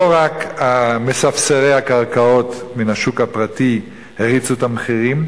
לא רק מספסרי הקרקעות מהשוק הפרטי הריצו את המחירים,